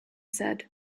said